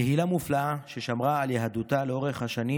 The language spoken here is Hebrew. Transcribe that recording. קהילה מופלאה ששמרה על יהדותה לאורך השנים